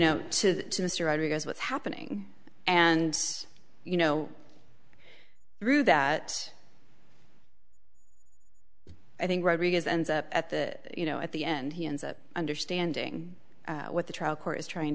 rodriguez what's happening and you know through that i think rodriguez ends up at the you know at the end he ends up understanding what the trial court is trying